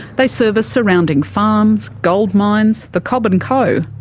they serviced surrounding farms, gold mines, the cobb and co,